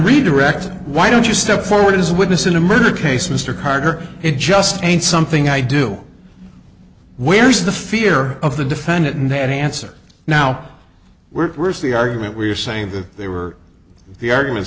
redirect why don't you step forward as witness in a murder case mr carter it just ain't something i do where is the fear of the defendant and they had an answer now we're seeing argument where you're saying that they were the argument